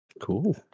Cool